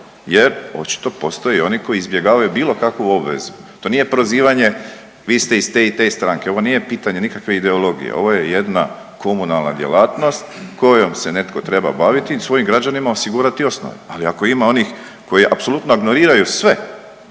jer očito postoje oni koji izbjegavaju bilo kakvu obvezu. To nije prozivanje vi ste iz te i te stranke, ovo nije pitanje nikakve ideologije, ovo je jedna komunalna djelatnost kojom se netko treba baviti i svojim građanima osigurati osnove. Ali ako ima onih koji apsolutno ignoriraju sve,